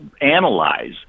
analyze